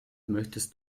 möchtest